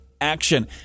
action